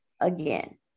again